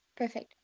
Perfect